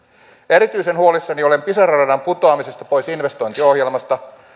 erityisen huolissani olen pisara radan putoamisesta pois investointiohjelmasta